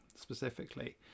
specifically